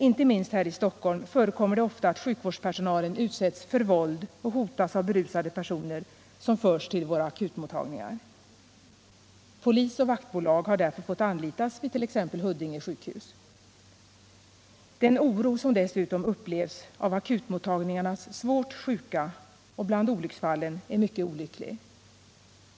Inte minst här i Stockholm förekommer det ofta att sjukvårdspersonalen utsätts för våld och hotas av berusade personer som förs till våra akutmottagningar. Polis och vaktbolag har därför fått anlitas vid t.ex. Huddinge sjukhus. Den oro som dessutom upplevs av akutmottagningarnas svårt sjuka och bland olycksfallen är mycket olycklig!